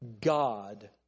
God